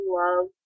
love